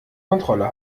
kontrolle